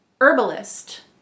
herbalist